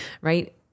right